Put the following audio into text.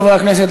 חברי הכנסת,